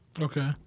Okay